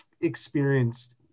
experienced